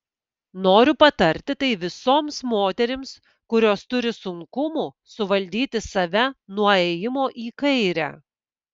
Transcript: noriu patarti tai visoms moterims kurios turi sunkumų suvaldyti save nuo ėjimo į kairę